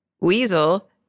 weasel